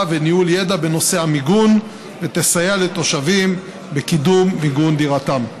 וניהול ידע בנושא המיגון ותסייע לתושבים בקידום מיגון דירתם.